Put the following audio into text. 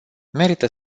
merită